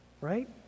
right